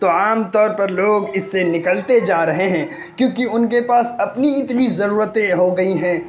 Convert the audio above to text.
تو عام طور پر لوگ اس سے نکلتے جا رہے ہیں کیونکہ ان کے پاس اپنی اتنی ضرورتیں ہو گئی ہیں